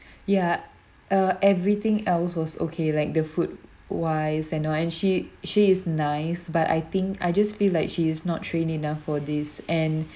ya uh everything else was okay like the food wise and all and she she is nice but I think I just feel like she is not trained enough for this and